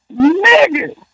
Nigga